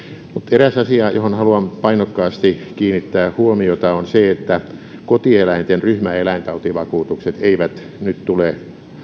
eräs asia johon haluan painokkaasti kiinnittää huomiota on se että kotieläinten ryhmäeläintautivakuutukset eivät nyt tule